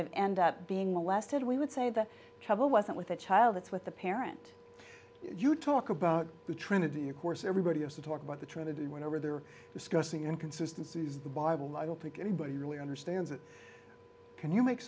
of end up being molested we would say the trouble wasn't with the child it's with the parent you talk about the trinity of course everybody has to talk about the trinity whenever they're discussing inconsistences the bible i don't think anybody really understands it can you make